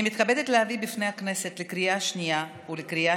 אני מתכבדת להביא בפני הכנסת לקריאה שנייה ולקריאה